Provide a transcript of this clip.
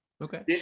Okay